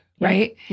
right